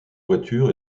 voiture